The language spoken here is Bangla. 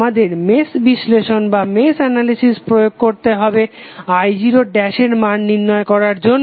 আমাদের মেশ বিশ্লেষণ প্রয়োগ করতে হবে i0 এর মান নির্ণয় করার জন্য